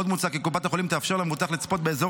עוד מוצע כי קופת החולים תאפשר למבוטח לצפות באזור